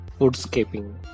woodscaping